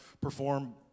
perform